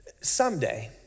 someday